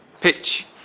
pitch